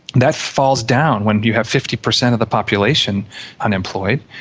that falls down when you have fifty percent of the population unemployed.